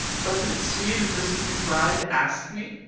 wasn't it sweet of mrs. mcbride to ask me?